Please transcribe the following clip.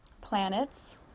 planets